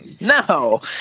no